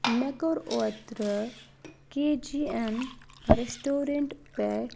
مےٚ کوٚر اوترٕ کے جی اؠن رؠسٹورنٛٹ پؠٹھ